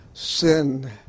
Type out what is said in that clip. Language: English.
Sin